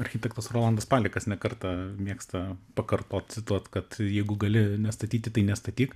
architektas rolandas palekas ne kartą mėgsta pakartot cituot kad jeigu gali nestatyti tai nestatyk